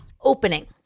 opening